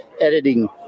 editing